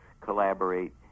collaborate